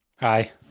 hi